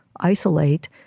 isolate